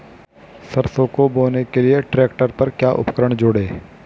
सरसों को बोने के लिये ट्रैक्टर पर क्या उपकरण जोड़ें?